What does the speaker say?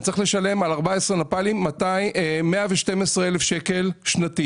באופן פרטי.